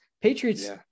Patriots –